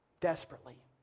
Desperately